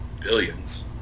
billions